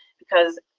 because